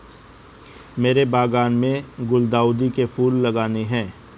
मेरे बागान में गुलदाउदी के फूल लगाने हैं